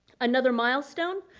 another milestone,